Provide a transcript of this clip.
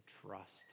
trust